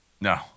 No